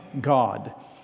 God